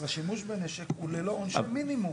אבל השימוש בנשק הוא ללא עונשי מינימום.